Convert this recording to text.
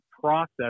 process